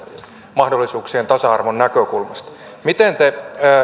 mahdollisuuksien tasa arvon näkökulmasta miten te